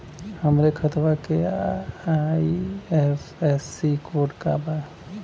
हमरे खतवा के आई.एफ.एस.सी कोड का बा?